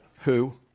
who